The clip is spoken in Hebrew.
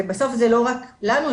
ובסוף זה לא רק לנו,